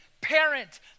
parent